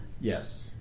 Yes